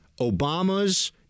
Obama's